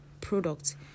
product